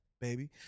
baby